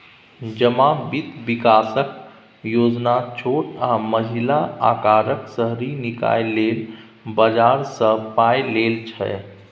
जमा बित्त बिकासक योजना छोट आ मँझिला अकारक शहरी निकाय लेल बजारसँ पाइ लेल छै